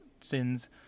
sins